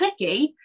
clicky